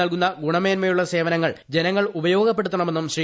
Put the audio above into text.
നൽകുന്ന ഗുണമേന്മയുള്ള സേവനങ്ങൾ ജനങ്ങൾ ഉപയോഗപ്പെടുത്തണമെന്നും ശ്രീ